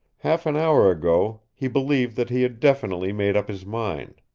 half an hour ago he believed that he had definitely made up his mind.